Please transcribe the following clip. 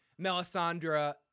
Melisandre